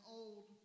old